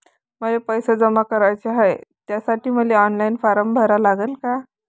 मले पैसे जमा कराच हाय, त्यासाठी मले ऑनलाईन फारम भरा लागन का?